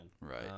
Right